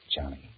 Johnny